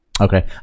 okay